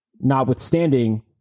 notwithstanding